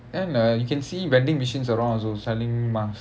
ya lah you can see vending machines around also selling mask